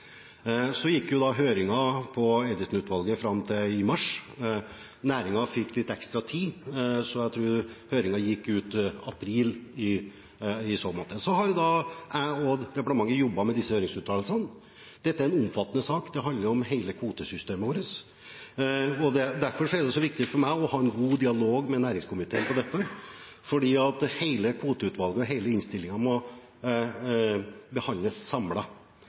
Så gikk høringen på Eidesen-utvalget fram til i mars. Næringen fikk litt ekstra tid, og jeg tror høringen gikk ut april. Så har jeg og departementet jobbet med disse høringsuttalelsene. Dette er en omfattende sak. Det handler om hele kvotesystemet vårt, og derfor er det viktig for meg å ha en god dialog med næringskomiteen om dette, fordi hele kvoteutvalget og hele innstillingen må behandles